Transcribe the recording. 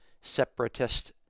separatist